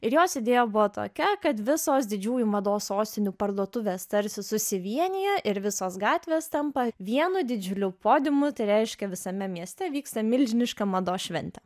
ir jos idėja buvo tokia kad visos didžiųjų mados sostinių parduotuvės tarsi susivienija ir visos gatvės tampa vienu didžiuliu podiumu tai reiškia visame mieste vyksta milžiniška mados šventė